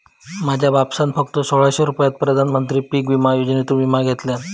माझ्या बापसान फक्त सोळाशे रुपयात प्रधानमंत्री पीक विमा योजनेसून विमा घेतल्यान